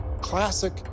Classic